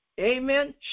Amen